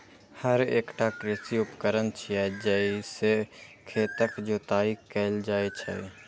हर एकटा कृषि उपकरण छियै, जइ से खेतक जोताइ कैल जाइ छै